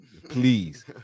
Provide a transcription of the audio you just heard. Please